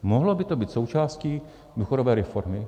Mohlo by to být součástí důchodové reformy.